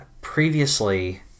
previously